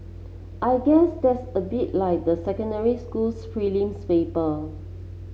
I guess that's a bit like the secondary school's prelims papers